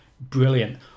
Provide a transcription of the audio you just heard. Brilliant